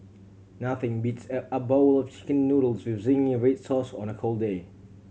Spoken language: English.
nothing beats a bowl of Chicken Noodles with zingy red sauce on a cold day